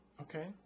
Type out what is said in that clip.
Okay